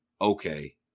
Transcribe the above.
okay